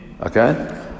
Okay